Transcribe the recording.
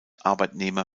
arbeitnehmer